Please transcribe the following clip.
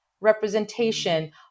representation